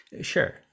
Sure